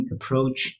approach